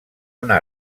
una